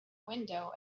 window